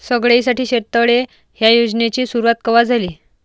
सगळ्याइसाठी शेततळे ह्या योजनेची सुरुवात कवा झाली?